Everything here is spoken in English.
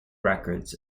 records